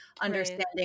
understanding